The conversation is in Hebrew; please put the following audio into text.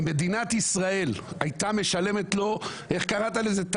ומדינת ישראל הייתה משלמת לו איך קראת לזה?